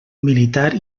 militar